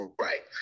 Right